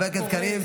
חבר הכנסת קריב,